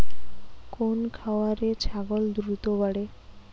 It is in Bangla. কোন খাওয়ারে ছাগল দ্রুত বাড়ে?